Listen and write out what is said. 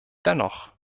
dennoch